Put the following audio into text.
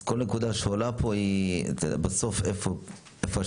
אז כל נקודה שעולה פה היא בסוף, איפה השאלות?